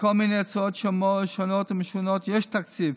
לכל מיני הוצאות שונות ומשונות יש תקציב,